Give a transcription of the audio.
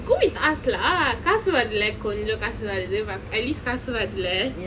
go with us lah காசு வரலே கொஞ்சம் காசு வருது: kaasu varale konjam kaasu varuthu but at least காசு வருதுலே:kaasu varuthule